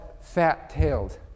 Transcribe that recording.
fat-tailed